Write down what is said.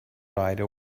rider